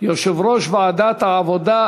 יושב-ראש ועדת העבודה,